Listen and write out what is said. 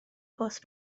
post